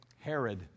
Herod